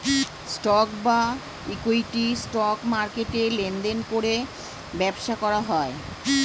stock বা equity, stock মার্কেটে লেনদেন করে ব্যবসা করা হয়